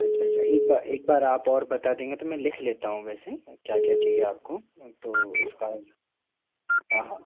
अच्छा अच्छा एक बार एक बार आप और बता देंगे तो मैं लिख लेता हूँ वैसे क्या क्या चाहिए आपको तो उसका हाँ हाँ